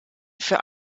für